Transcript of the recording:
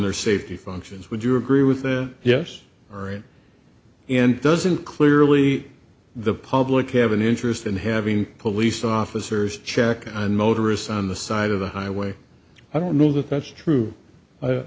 their safety functions would you agree with that yes or and doesn't clearly the public have an interest in having police officers check on motorists on the side of the highway i don't know that that's